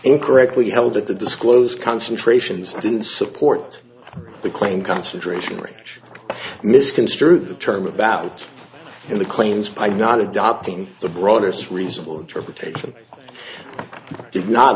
incorrectly held that the disclose concentrations didn't support the claim concentration range misconstrue the term about in the claims by not adopting the broadest reasonable interpretation did not